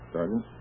Sergeant